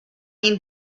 این